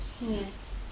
Yes